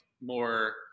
more